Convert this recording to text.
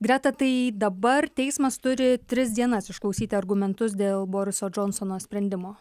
greta tai dabar teismas turi tris dienas išklausyti argumentus dėl boriso džonsono sprendimo